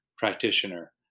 Practitioner